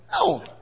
No